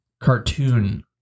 cartoon